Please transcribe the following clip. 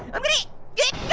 i'm gonna i